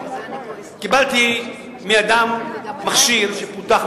קיבלתי מאדם מכשיר שפותח,